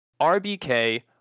RBK